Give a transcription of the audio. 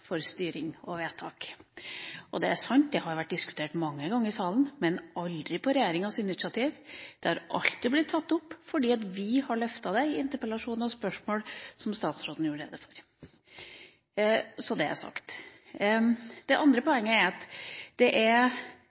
for styring og vedtak. Det er sant at dette har vært diskutert mange ganger her i salen, men aldri på regjeringas initiativ. Det har alltid, som statsråden gjorde rede for, blitt tatt opp fordi vi har løftet det i interpellasjoner og spørsmål – så det er sagt. Det andre poenget er at det er